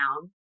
down